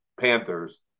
Panthers